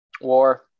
War